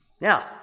Now